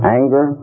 anger